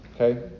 okay